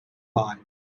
five